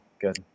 Good